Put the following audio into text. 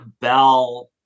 Bell